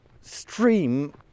stream